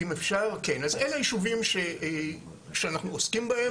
אלה יישובים שאנחנו עוסקים בהם,